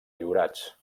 lliurats